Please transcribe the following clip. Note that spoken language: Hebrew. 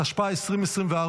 התשפ"ה 2024,